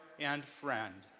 and friend,